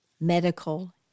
medical